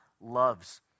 loves